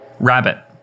Rabbit